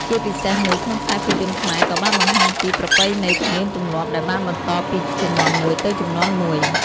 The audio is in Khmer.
ជាពិសេសនោះក្នុងខ្សែភាពយន្តខ្មែរក៏បានបង្ហាញពី ប្រពៃណីទំនៀមទម្លាប់ដែលបានបន្តពីជំនាន់មួយទៅជំនាន់មួយ ។